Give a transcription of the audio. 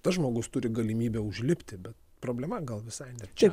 tas žmogus turi galimybę užlipti bet problema gal visai ne čia